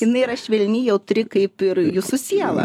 jinai yra švelni jautri kaip ir jūsų siela